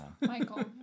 Michael